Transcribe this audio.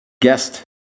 guest